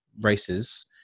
races